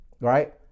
right